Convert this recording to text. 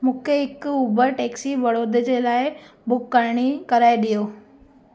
मूंखे हिकु Uber taxi बड़ौदे जे लाइ बुक करिणी कराए ॾियो